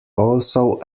also